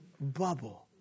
bubble